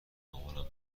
مامانم